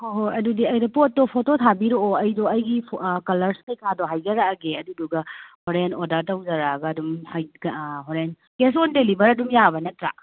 ꯍꯣꯏ ꯍꯣꯏ ꯑꯗꯨꯗꯤ ꯑꯩ ꯄꯣꯠꯇꯣ ꯐꯣꯇꯣ ꯊꯥꯕꯤꯔꯑꯣ ꯑꯩꯗꯣ ꯑꯩꯒꯤ ꯀꯂꯔꯁ ꯀꯔꯤ ꯀꯥꯗꯣ ꯍꯥꯏꯖꯔꯛꯑꯒꯦ ꯑꯗꯨꯗꯨꯒ ꯍꯣꯔꯦꯟ ꯑꯣꯗꯔ ꯇꯧꯖꯔꯛꯑꯒ ꯑꯗꯨꯝ ꯍꯥꯏꯒ ꯍꯣꯔꯦꯟ ꯀꯦꯁ ꯑꯣꯟ ꯗꯦꯂꯤꯕꯔꯤ ꯑꯗꯨꯝ ꯌꯥꯕ ꯅꯠꯇ꯭ꯔꯥ